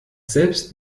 selbst